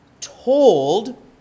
told